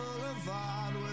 Boulevard